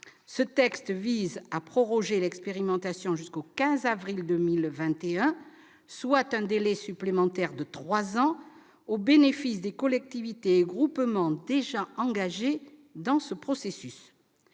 qui vise à proroger l'expérimentation jusqu'au 15 avril 2021, soit un délai supplémentaire de trois ans, au bénéfice des collectivités et groupements déjà engagés dans ce processus.